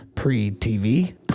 Pre-TV